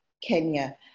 Kenya